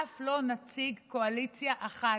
אף לא נציג קואליציה אחד,